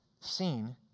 seen